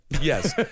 Yes